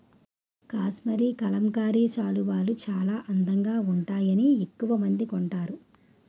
కాశ్మరీ కలంకారీ శాలువాలు చాలా అందంగా వుంటాయని ఎక్కవమంది కొంటారు